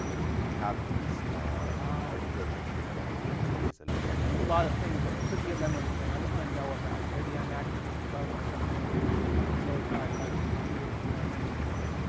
so, we have these particular metrics on which you can raise alerts. so, there's a lot of things there. it could be a memory thing. i just want to know about it. maybe i'm actively debugging something and i just want to be notified about cpu issue or a memory issue.